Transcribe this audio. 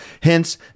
Hence